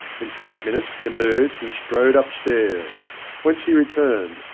in five minutes he emerged and strode upstairs whence he returned,